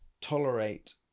tolerate